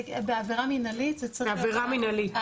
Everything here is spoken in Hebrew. זה עבירה מנהלית.